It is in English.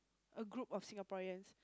a group of Singaporeans